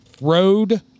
Road